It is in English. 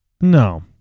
No